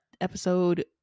episode